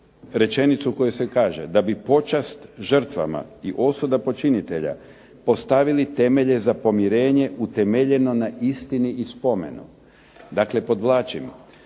rečenicu u kojoj se kaže da bi počast žrtvama i osuda počinitelja postavili temelje za pomirenje utemeljeno na istini i spomenu. Dakle podvlačim.